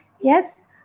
Yes